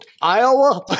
Iowa